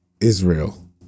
Israel